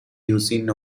using